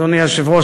אדוני היושב-ראש,